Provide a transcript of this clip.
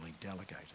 delegated